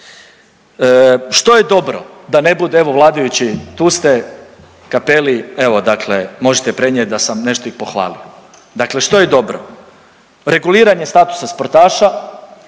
Što je dobro da ne bude, evo vladajući tu ste Cappelli evo dakle možete prenijeti da sam nešto i pohvalio. Dakle, što je dobro? Reguliranje statusa sportaša.